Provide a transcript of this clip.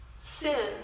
sin